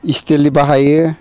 स्टिलनि बाहायो